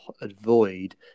avoid